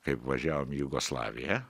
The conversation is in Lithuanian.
kaip važiavom į jugoslaviją